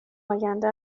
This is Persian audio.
آینده